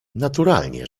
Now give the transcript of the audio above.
naturalnie